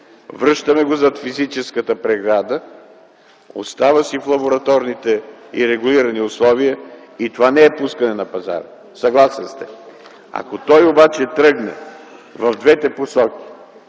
връщаме го зад физическата преграда, остава си в лабораторните и регулирани условия и това не е пускане на пазара. Съгласен сте, нали? Ако той обаче тръгне в двете посоки